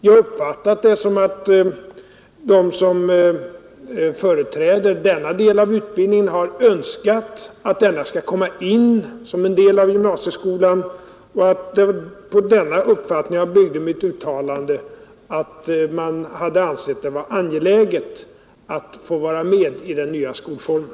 Jag har uppfattat det som att de som företräder den utbildning vi nu diskuterar har önskat att den skall komma in som en del av gymnasieskolan. Det var på denna uppfattning jag byggde mitt uttalande att man hade ansett det vara angeläget att vara med i den nya skolformen.